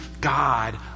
God